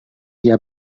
dia